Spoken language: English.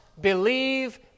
believe